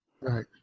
Right